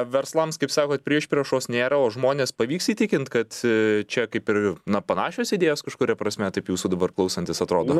verslams kaip sakot priešpriešos nėra o žmones pavyks įtikint kad čia kaip ir na panašios idėjos kažkuria prasme taip jūsų dabar klausantis atrodo